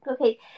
Okay